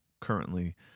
currently